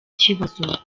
kibazo